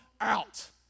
out